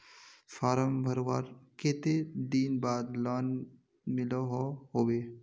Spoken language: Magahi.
फारम भरवार कते दिन बाद लोन मिलोहो होबे?